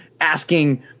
asking